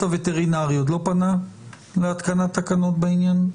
הווטרינרי עוד לא פנה להתקנת תקנות בעניין?